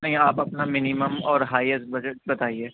نہیں آپ اپنا منیمم اور ہائیسٹ بجٹ بتائیے